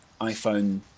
iPhone